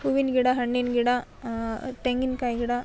ಹೂವಿನ ಗಿಡ ಹಣ್ಣಿನ ಗಿಡ ತೆಂಗಿನ ಕಾಯಿ ಗಿಡ